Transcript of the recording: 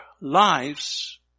lives